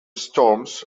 storms